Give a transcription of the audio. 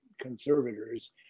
conservators